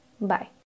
bye